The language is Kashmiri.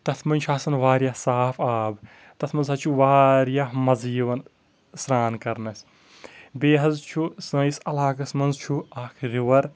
تتھ منٛز چھُ آسان واریاہ صاف آب تتھ منٛز حظ چھُ واریاہ مزٕ یِوان سرٛان کرنس بیٚیہِ حظ چھُ سٲنِس علاقس منٛز چھُ اکھ رِور